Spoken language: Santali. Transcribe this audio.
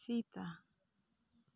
ᱥᱮᱛᱟ